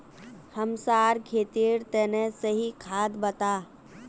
हमसार खेतेर तने सही खाद बता